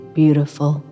beautiful